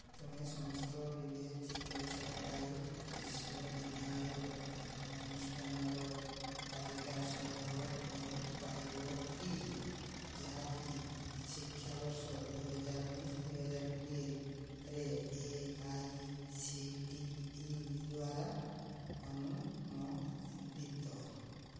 ତୁମେ ସମସ୍ତ ବିବେଚିତ ସରକାରୀ ବିଶ୍ୱବିଦ୍ୟାଳୟ ଅନୁଷ୍ଠାନର ତାଲିକା ସଂଗ୍ରହ କରିପାରିବ କି ଯାହାକି ଶିକ୍ଷା ବର୍ଷ ଦୁଇହଜାର ଉଣେଇଶି ଦୁଇହଜାର କୋଡ଼ିଏରେ A I C T E ଦ୍ୱାରା ଅନୁମୋଦିତ